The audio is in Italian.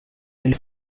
del